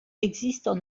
existent